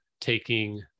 taking